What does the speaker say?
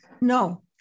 No